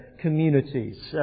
communities